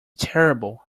terrible